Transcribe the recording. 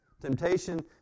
Temptation